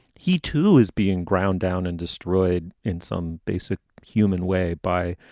he, too, is being ground down and destroyed in some basic human way by